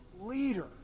leader